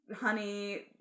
honey